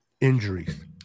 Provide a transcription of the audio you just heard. injuries